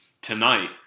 tonight